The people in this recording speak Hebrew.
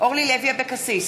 אורלי לוי אבקסיס,